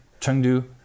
Chengdu